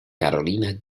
carolina